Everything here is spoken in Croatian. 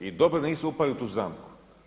I dobro da nisu upali u tu zamku.